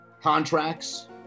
contracts